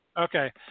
Okay